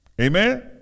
Amen